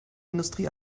industrie